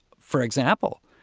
for example,